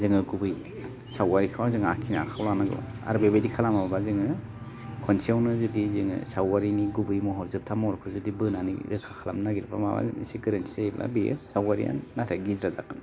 जोङो गुबै सावगारिखौ जों आखिनो आखाइयाव लानांगौ आरो बेबायदि खालामाबा जोङो खनसेयावनो जुदि जोङो सावगारिनि गुबै महर जोबथा महरखौ जुदि बोनानै रोखा खालामनो नागिरबा माबा मोनसे गोरोन्थि जायोब्ला बेयो सावगारिया नाथाय गिज्रा जागोन